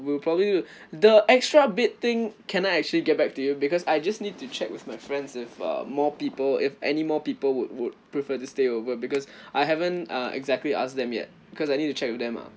we'll probably the extra bed thing can I actually get back to you because I just need to check with my friends if uh more people if any more people would would prefer to stay over because I haven't uh exactly ask them yet because I need to check with them ah